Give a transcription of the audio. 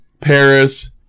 Paris